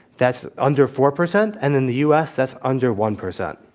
that's under four percent and in the u. s. that's under one percent.